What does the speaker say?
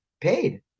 paid